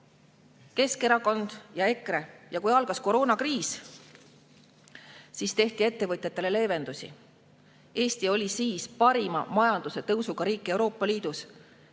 Keskerakond ja EKRE ja kui algas koroonakriis, siis tehti ettevõtjatele leevendusi. Eesti oli siis parima majandustõusuga riik Euroopa Liidus.